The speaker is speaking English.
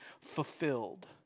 fulfilled